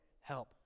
help